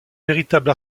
véritable